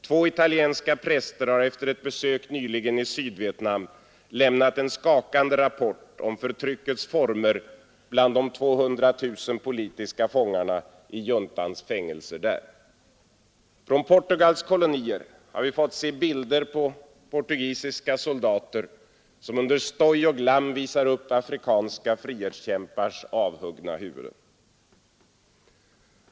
Två italienska präster har efter ett besök nyligen i Sydvietnam lämnat en skakande rapport om förtryckets former bland de 200 000 politiska fångarna i juntans fängelser där. Från Portugals kolonier har vi fått se bilder på portugisiska soldater som under stoj och glam visar upp afrikanska frihetskämpars avhuggna huvuden.